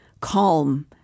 Calm